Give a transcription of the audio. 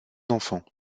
enfants